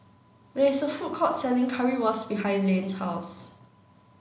there is a food court selling Currywurst behind Layne's house